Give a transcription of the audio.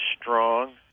strong